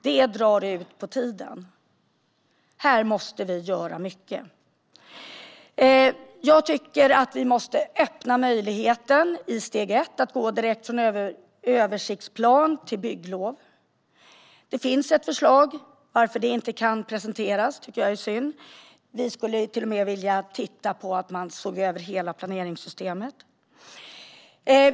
Det här drar ut på tiden, och vi måste göra mycket på området. Jag tycker att vi måste öppna möjligheten i steg ett att gå direkt från översiktsplan till bygglov. Det finns ett förslag. Att det inte presenteras är synd tycker jag. Vi skulle till och med vilja att man ser över hela planeringssystemet.